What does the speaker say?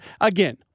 again